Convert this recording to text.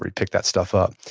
he picked that stuff up.